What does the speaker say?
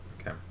Okay